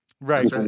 Right